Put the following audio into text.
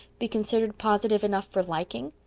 be considered positive enough for liking?